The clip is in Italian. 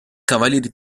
cavalieri